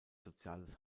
soziales